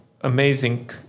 amazing